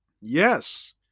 Yes